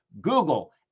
Google